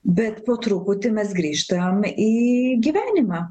bet po truputį mes grįžtam į gyvenimą